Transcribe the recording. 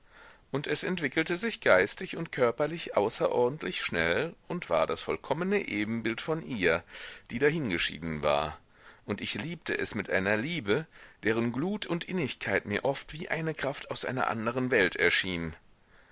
und es entwickelte sich geistig und körperlich außerordentlich schnell und war das vollkommene ebenbild von ihr die dahingeschieden war und ich liebte es mit einer liebe deren glut und innigkeit mir oft wie eine kraft aus einer anderen welt erschien